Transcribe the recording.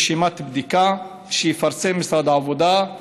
רשימת בדיקה שיפרסם משרד העבודה,